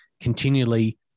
continually